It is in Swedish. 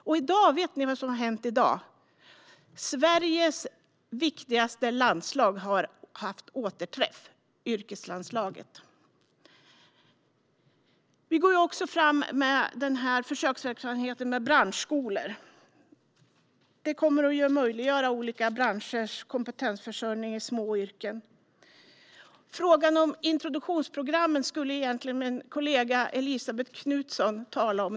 Vet ni förresten vad som har hänt i dag? Jo, Sveriges viktigaste landslag, yrkeslandslaget, har haft återträff. Vi går också fram med försöksverksamheten med branschskolor. Detta kommer att möjliggöra olika branschers kompetensförsörjning i små yrken. Frågan om introduktionsprogrammen skulle egentligen min kollega Elisabet Knutsson tala om.